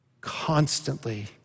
constantly